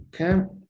Okay